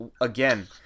again